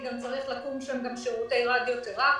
צריכים לקום שם גם שירותי רדיותרפיה,